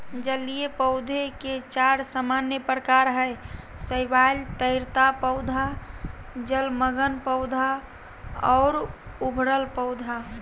जलीय पौधे के चार सामान्य प्रकार हइ शैवाल, तैरता पौधा, जलमग्न पौधा और उभरल पौधा